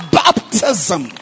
baptism